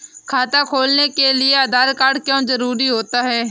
खाता खोलने के लिए आधार कार्ड क्यो जरूरी होता है?